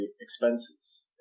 expenses